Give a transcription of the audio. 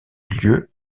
lieu